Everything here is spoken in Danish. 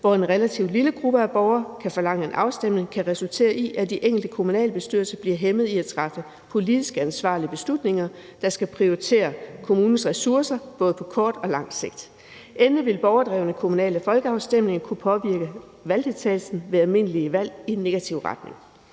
hvor en relativt lille gruppe af borgere kan forlange en afstemning, kan resultere i, at de enkelte kommunalbestyrelser bliver hæmmet i at træffe politisk ansvarlige beslutninger, der skal prioritere kommunens ressourcer på både kort og lang sigt. Endelig vil borgerdrevne kommunale folkeafstemninger kunne påvirke valgdeltagelsen ved almindelige valg i negativ retning.